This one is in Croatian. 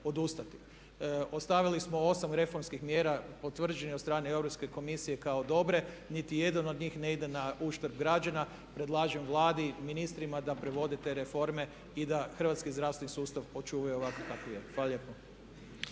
Ostavili smo 8 reformskih mjera potvrđenih od strane Europske komisije kao dobre. Niti jedna od njih ne ide na uštrb građana. Predlažem Vladi i ministrima da provode te reforme i da hrvatski zdravstveni sustav očuvaju ovakvim kakav je. Hvala lijepo.